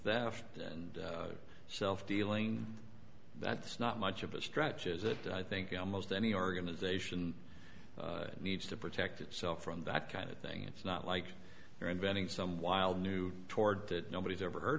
that and self dealing that's not much of a stretch is it i think almost any organization needs to protect itself from that kind of thing it's not like you're inventing some wild new toward that nobody's ever heard